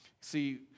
See